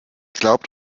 glaubt